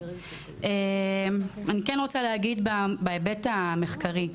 אני כן רוצה להגיד בהיבט המחקרי,